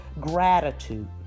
gratitude